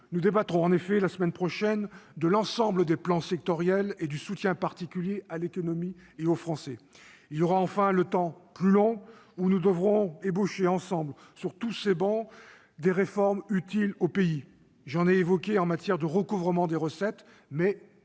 Nous débattrons la semaine prochaine de l'ensemble des plans sectoriels et du soutien particulier à l'économie et aux Français. Il y aura enfin le temps plus long, où nous devrons ébaucher ensemble, sur toutes ces travées, des réformes utiles au pays. J'en ai évoqué en matière de recouvrement des recettes, mais